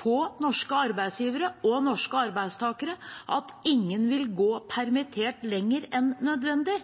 på norske arbeidsgivere og norske arbeidstakere, at ingen vil gå permittert lenger enn nødvendig.